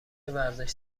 ورزش